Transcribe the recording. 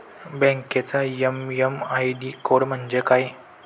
बँकेचा MM ID code म्हणजे काय?